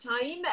time